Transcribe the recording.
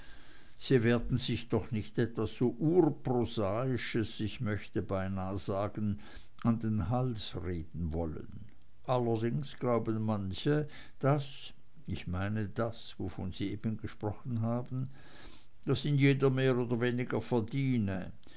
sie werden sich doch nicht etwas so urprosaisches ich möchte beinah sagen an den hals reden wollen allerdings glauben manche daß ich meine das wovon sie eben gesprochen haben daß ihn jeder mehr oder weniger verdiene